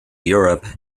europe